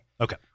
Okay